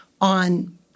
on